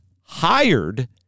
hired